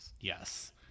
Yes